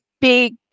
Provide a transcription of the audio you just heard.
Big